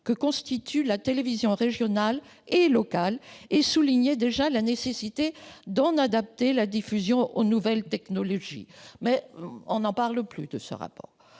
que constitue la télévision régionale et locale et soulignait déjà la nécessité d'en adapter la diffusion aux nouvelles technologies. Mais, de ce rapport,